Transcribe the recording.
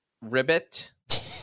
Ribbit